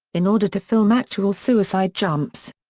in order to film actual suicide jumps.